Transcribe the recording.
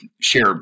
share